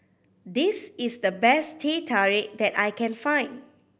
this is the best Teh Tarik that I can find